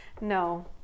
no